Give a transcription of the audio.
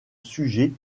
sujets